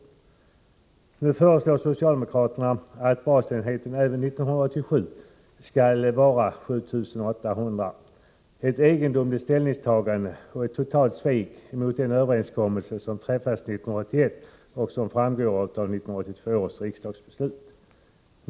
Nu föreslår socialdemokraterna att basenheten även 1987 skall vara 7 800 kr. — ett egendomligt ställningstagande och ett totalt svek mot den överenskommelse som träffades 1981 och som framgår av 1982 års riksdagsbeslut.